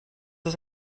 das